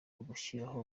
ugushyiraho